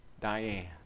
Diane